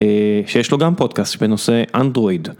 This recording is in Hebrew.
שיש לו גם פודקאסט, בנושא אנדרואיד.